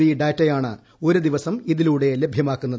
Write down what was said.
B ഡാറ്റയാണ് ഒരു ദിവസം ഇതിലൂടെ ലഭ്യമാക്കുന്നത്